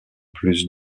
plus